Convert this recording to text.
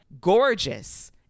gorgeous